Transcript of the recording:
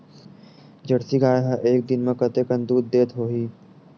Jersey गाय ह एक दिन म कतेकन दूध देत होही?